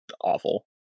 awful